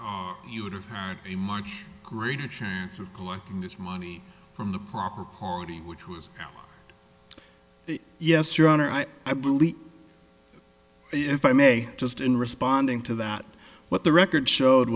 would have had a much greater chance of collecting this money from the proper party which was yes your honor i i believe if i may just in responding to that what the record showed